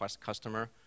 customer